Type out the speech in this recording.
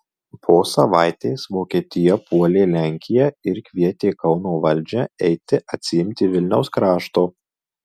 po savaitės vokietija puolė lenkiją ir kvietė kauno valdžią eiti atsiimti vilniaus krašto